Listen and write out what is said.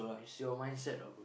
it's your mindset ah